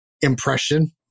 impression